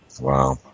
Wow